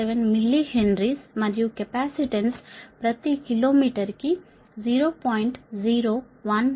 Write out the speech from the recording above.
97 millihenry మరియు capacitance ప్రతి kilometre కు 0